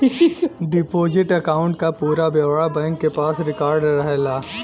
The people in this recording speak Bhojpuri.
डिपोजिट अकांउट क पूरा ब्यौरा बैंक के पास रिकार्ड रहला